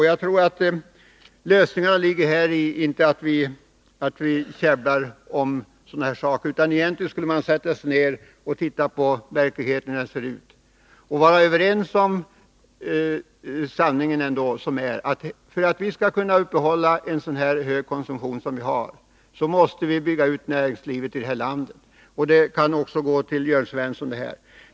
Jag tror inte att lösningarna på problemen ligger i att vi här käbblar om sådana här saker. Vi skulle egentligen sätta oss ned och titta på hur verkligheten ser ut och vara överens om sanningen: för att kunna uppehålla en så hög konsumtionsnivå som vi nu har måste vi bygga ut näringslivet i detta land. Detta vill jag säga också till Jörn Svensson.